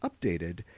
updated